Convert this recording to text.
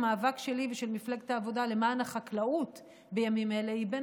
המאבק שלי ושל מפלגת העבודה למען החקלאות בימים אלה הוא בין